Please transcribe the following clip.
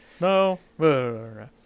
No